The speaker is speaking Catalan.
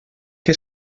què